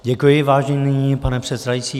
Děkuji, vážený pane předsedající.